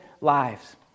lives